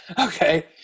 okay